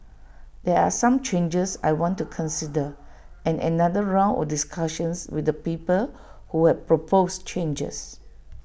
there are some changes I want to consider and another round of discussions with the people who have proposed changes